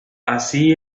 así